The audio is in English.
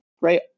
right